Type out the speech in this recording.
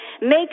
make